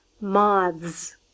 moths